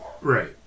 Right